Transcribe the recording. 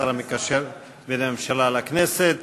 השר המקשר בין הממשלה לכנסת.